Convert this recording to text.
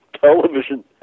television